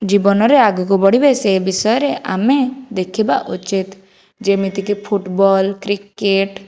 ଜୀବନରେ ଆଗକୁ ବଢ଼ିବେ ସେ ବିଷୟରେ ଆମେ ଦେଖିବା ଉଚିତ ଯେମିତିକି ଫୁଟବଲ କ୍ରିକେଟ